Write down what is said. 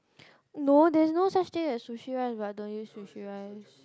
no there's no such thing as sushi rice but don't use sushi rice